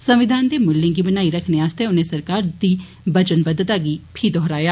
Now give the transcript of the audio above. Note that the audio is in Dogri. संविधान दे मुल्ये गी बनाई रक्खने आस्तै उने सरकार गी वचनबद्वता गी फीह् दौहराया